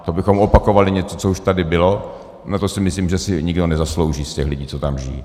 To bychom opakovali něco, co už tady bylo, a to si myslím, že si nikdo nezaslouží z těch lidí, co tam žijí.